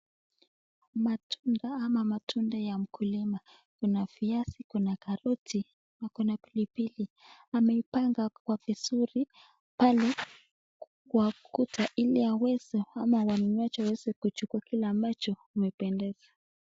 Matunda, ama matunda ya mkulima kuna viazi, kuna karoti na kuna pili pili. Ameipangwa kwa vizuri pale kwa ukuta ili aweze au waweze kununua kile kinachowapendeza.